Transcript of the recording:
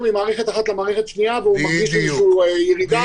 ממערכת אחת לשנייה ויש איזו ירידה.